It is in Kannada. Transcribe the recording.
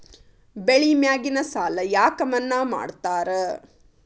ಬೆಳಿ ಮ್ಯಾಗಿನ ಸಾಲ ಯಾಕ ಮನ್ನಾ ಮಾಡ್ತಾರ?